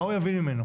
מה הוא יבין ממנו?